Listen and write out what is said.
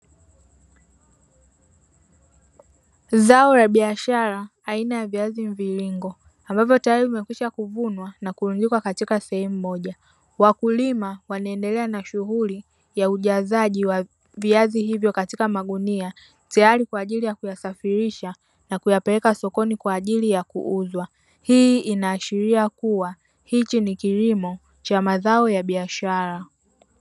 Zao la biashara aina ya viazi mviringo ambavy tayari vimekwisha kuvunwa na kurundikwa sehemu moja. Wakulima wanaendelea na shughuli ya ujazaji wa viazi hivyo katika magunia, tayari kwa ajili ya kuyasafirisha na kuyapeleka sokoni kwa ajili ya kuuzwa. Hii inaashiria kuwa hichi ni kilimo cha mazao ya biashara.